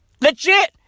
Legit